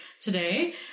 today